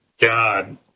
God